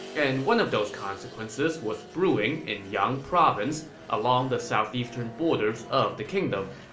and one of those consequences was brewing in yang province along the southeastern borders of the kingdom.